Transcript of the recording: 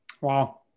Wow